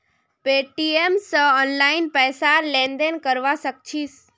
Paytm स online पैसार लेन देन करवा सक छिस